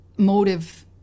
motive